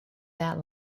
that